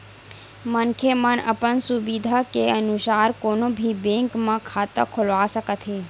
मनखे मन अपन सुबिधा के अनुसार कोनो भी बेंक म खाता खोलवा सकत हे